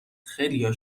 خیلیا